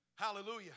Hallelujah